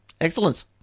Excellence